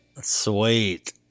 sweet